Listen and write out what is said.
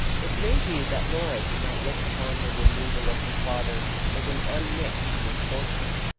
it may be that laura did not look upon the removal of her father as an unmixed misfortune.